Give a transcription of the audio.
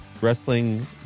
Wrestling